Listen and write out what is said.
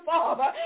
Father